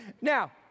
Now